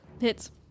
hits